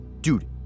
Dude